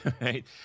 Right